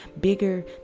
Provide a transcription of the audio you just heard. bigger